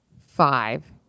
five